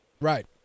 right